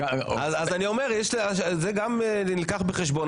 אומר: השיקול הזה גם נלקח בחשבון,